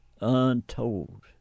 untold